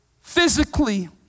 Physically